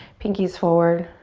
pinkies forward.